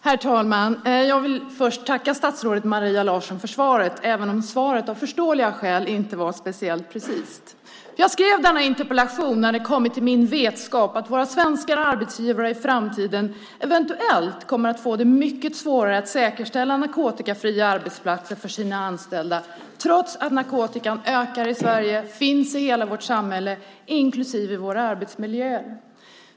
Herr talman! Jag vill först tacka statsrådet Maria Larsson för svaret även om svaret av förståeliga skäl inte var speciellt precist. Jag skrev denna interpellation när det kommit till min vetskap att våra svenska arbetsgivare i framtiden eventuellt kommer att få det mycket svårare att säkerställa narkotikafria arbetsplatser för sina anställda trots att narkotikan ökar i Sverige och finns i hela vårt samhälle, inklusive våra arbetsmiljöer.